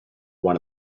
one